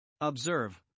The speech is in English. Observe